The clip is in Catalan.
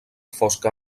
fosca